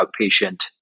outpatient